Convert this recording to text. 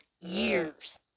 years